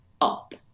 up